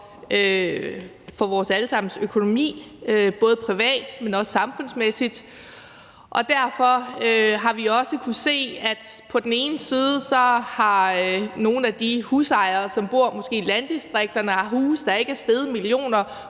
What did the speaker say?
for vores alle sammens økonomi både privat, men også samfundsmæssigt. Og derfor har vi også kunnet se, at nogle af de husejere, som måske bor i landdistrikterne og har huse, der ikke er steget millioner